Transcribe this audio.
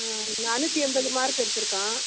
ம் நானூற்றி எண்பது மார்க்கு எடுத்துருக்கான்